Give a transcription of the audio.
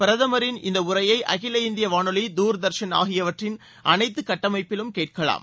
பிரதமரின் இந்த உரையை அகில இந்திய வானொலி தூர்தர்ஷன் ஆகியவற்றின் அனைத்து கட்டமைப்பிலும் கேட்கலாம்